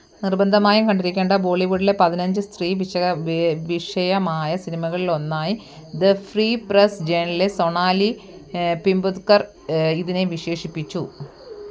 നിർബന്ധമായും കണ്ടിരിക്കേണ്ട ബോളിവുഡിലെ പതിനഞ്ച് സ്ത്രീ വിഷയമായ സിനിമകളിൽ ഒന്നായി the free press journal's Sonali Pimputkar ഇതിനെ വിശേഷിപ്പിച്ചു